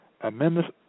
Amendments